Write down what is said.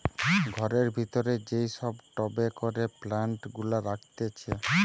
ঘরের ভিতরে যেই সব টবে করে প্লান্ট গুলা রাখতিছে